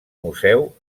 museu